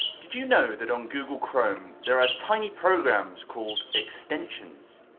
did you know that on google chrome there are tiny programs called extensions.